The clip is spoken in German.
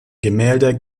gemälde